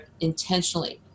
intentionally